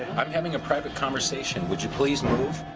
i'm having a private conversation, would you please move?